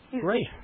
Great